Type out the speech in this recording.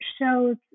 shows